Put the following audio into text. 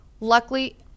luckily